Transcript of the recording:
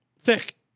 thick